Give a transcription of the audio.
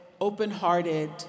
open-hearted